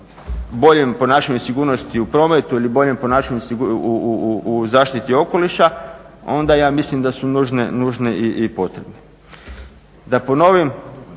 boljem ponašanju sigurnosti u prometu ili boljem ponašanju u zaštiti okoliša, onda ja mislim da su nužni i potrebni. Da ponovim,